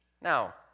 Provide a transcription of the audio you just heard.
Now